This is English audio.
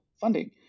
funding